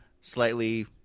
slightly